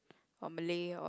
or Malay or